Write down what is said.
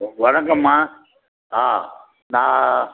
வணக்கமா ஆ நான்